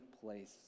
place